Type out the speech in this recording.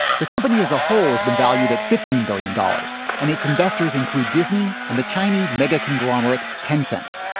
the company as a whole has been valued at fifteen billion dollars, and its investors include disney and the chinese mega conglomerate tencent.